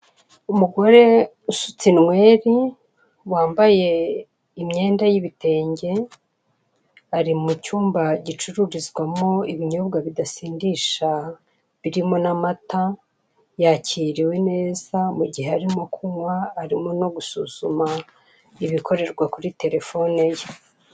Umugore usutse inweri wambaye imyenda yibitenge, ari mu cyumba gicururizwamo ibinyobwa bidasindisha birimo n'amata. Yakiriwe neza, mu gihe arimo kunywa, arimo no gusuzuma ibikorerwa kuri telefone ye.